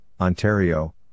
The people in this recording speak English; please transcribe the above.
Ontario